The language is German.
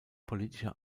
politischer